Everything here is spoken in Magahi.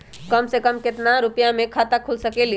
कम से कम केतना रुपया में खाता खुल सकेली?